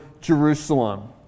Jerusalem